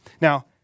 Now